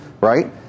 right